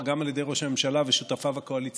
גם על ידי ראש הממשלה ושותפיו הקואליציוניים